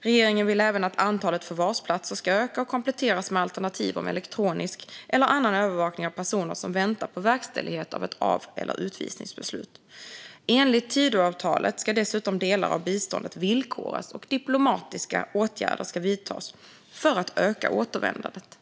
Regeringen vill även att antalet förvarsplatser ska öka och kompletteras med alternativ om elektronisk eller annan övervakning av personer som väntar på verkställighet av ett av eller utvisningsbeslut. Enligt Tidöavtalet ska dessutom delar av biståndet villkoras, och diplomatiska åtgärder ska vidtas, för att öka återvändandet.